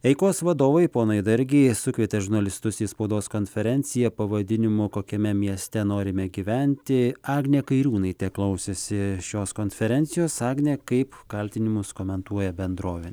eikos vadovai ponai dargiai sukvietė žurnalistus į spaudos konferenciją pavadinimu kokiame mieste norime gyventi agnė kairiūnaitė klausėsi šios konferencijos agnė kaip kaltinimus komentuoja bendrovė